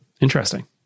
Interesting